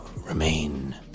remain